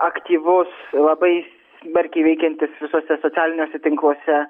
aktyvus labai smarkiai veikiantis visuose socialiniuose tinkluose